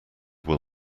will